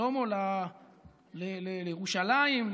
שלמה, לירושלים?